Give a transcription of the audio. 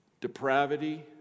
depravity